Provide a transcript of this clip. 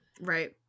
Right